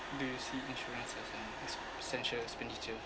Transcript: do you see insurance as an ess~ essential expenditure